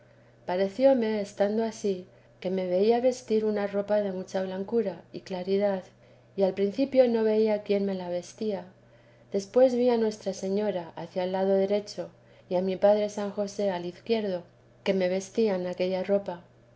parecióme estando ansí que me veía vestir una ropa de mucha blancura y claridad y al principio no veía quién me la vestía después vi a nuestra señora hacia el lado derecho y a mi padre san josé al izquierdo que me vestían aquella ropa